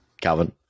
Calvin